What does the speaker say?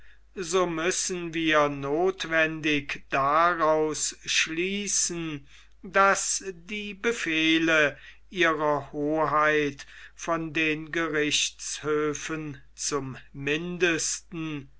so müssen wir nothwendig daraus schließen daß die befehle ihrer hoheit von den gerichtshöfen zum mindesten